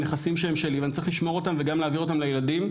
נכסים שהם שלי ואני צריך לשמור אותם וגם להעביר אותם לילדים.